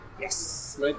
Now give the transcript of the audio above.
Yes